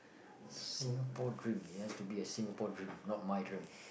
Singapore dream it has to be a Singapore dream not my dream